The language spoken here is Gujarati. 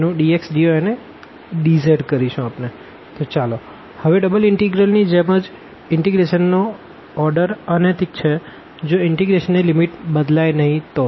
VfxyzdVzaby1z2zxf1yzf2yzfxyzdxdydz અને હવે ડબલ ઇનટેગ્રલ ની જેમ જ ઇન્ટીગ્રેશન નો ઓર્ડર અનૈતિક છેજો ઇન્ટીગ્રેશન ની લિમિટ બદલાય નહીં તો જ